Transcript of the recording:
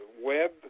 web